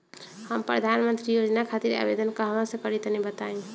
हम प्रधनमंत्री योजना खातिर आवेदन कहवा से करि तनि बताईं?